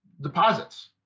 deposits